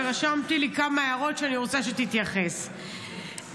ורשמתי לי כמה הערות שאני רוצה שתתייחס אליהן.